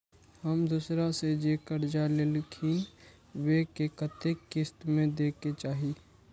हम दोसरा से जे कर्जा लेलखिन वे के कतेक किस्त में दे के चाही?